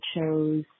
chose